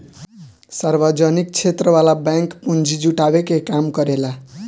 सार्वजनिक क्षेत्र वाला बैंक पूंजी जुटावे के काम करेला